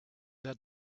that